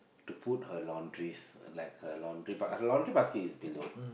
to put her laundries like her laundry but her laundry basket is below